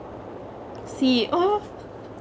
C oh